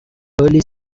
early